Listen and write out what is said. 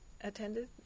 attended